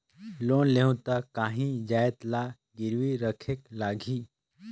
Loan लेहूं ता काहीं जाएत ला गिरवी रखेक लगही?